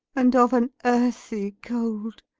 and of an earthy cold?